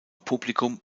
publikum